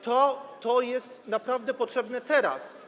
To jest naprawdę potrzebne teraz.